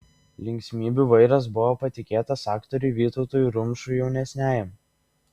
linksmybių vairas buvo patikėtas aktoriui vytautui rumšui jaunesniajam